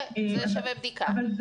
זה שווה בדיקה, זה